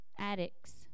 addicts